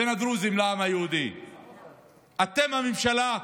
בין הדרוזים לעם היהודי, אתם, הממשלה,